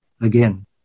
again